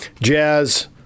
Jazz